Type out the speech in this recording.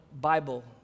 Bible